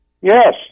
Yes